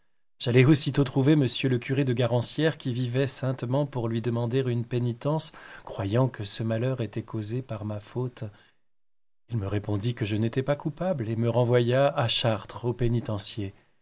j'allai aussitôt trouver m le curé de garancières qui vivait saintement pour lui demander une pénitence croyant que ce malheur était causé par ma faute il me répondit que je n'étais pas coupable et me renvoya à chartres au